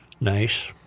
Nice